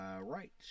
Right